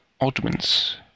oddments